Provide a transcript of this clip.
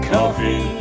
Coffee